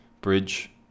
bridge